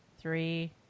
three